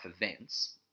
events